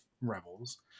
Rebels